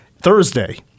Thursday